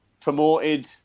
promoted